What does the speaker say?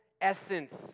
essence